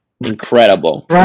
incredible